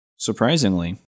Surprisingly